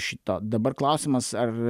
šito dabar klausimas ar